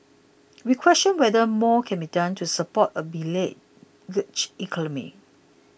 we question whether more can be done to support a beleaguered economy